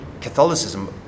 Catholicism